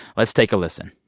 let's take a listen